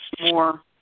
more